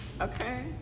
Okay